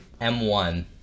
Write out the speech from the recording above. M1